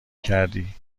کردی